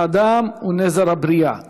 האדם הוא נזר הבריאה,